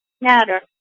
matter